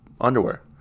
underwear